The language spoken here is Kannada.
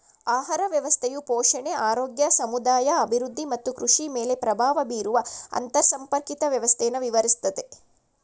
ಆಹಾರ ವ್ಯವಸ್ಥೆಯು ಪೋಷಣೆ ಆರೋಗ್ಯ ಸಮುದಾಯ ಅಭಿವೃದ್ಧಿ ಮತ್ತು ಕೃಷಿಮೇಲೆ ಪ್ರಭಾವ ಬೀರುವ ಅಂತರ್ಸಂಪರ್ಕಿತ ವ್ಯವಸ್ಥೆನ ವಿವರಿಸ್ತದೆ